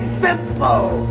simple